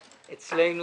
שלהם?